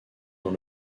dans